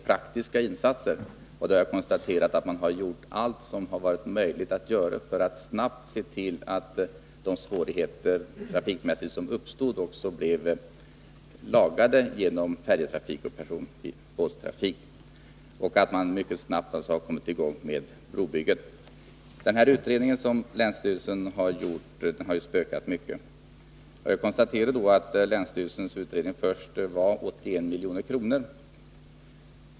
Jag har då konstaterat att man gjort allt som varit möjligt att göra för att snabbt se till att de trafikmässiga svårigheter som uppstod kunde övervinnas genom att man fick till stånd färjeoch personbåtstrafik och att man mycket snabbt har kommit i gång med brobygget. Den utredning som länsstyrelsen gjorde har ju spökat mycket. Jag vill konstatera att man i länsstyrelsens utredning först kom fram till en summa på 81 milj.kr.